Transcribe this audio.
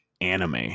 anime